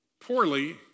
poorly